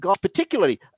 particularly